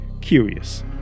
curious